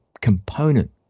component